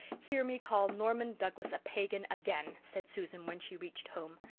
hear me call norman douglas a pagan again, said susan when she reached home.